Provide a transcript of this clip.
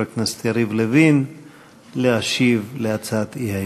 הכנסת יריב לוין להשיב על הצעת האי-אמון.